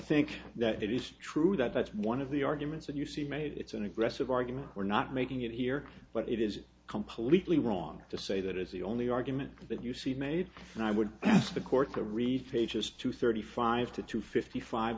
think that it is true that that's one of the arguments that you see made it's an aggressive argument we're not making it here but it is completely wrong to say that is the only argument that you see made and i would ask the court to reach pages two thirty five to two fifty five